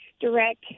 direct